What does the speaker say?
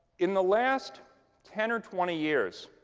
in the last ten or twenty years,